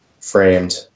framed